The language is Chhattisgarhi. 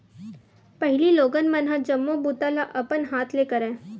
पहिली लोगन मन ह जम्मो बूता ल अपन हाथ ले करय